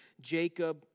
Jacob